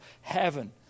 heaven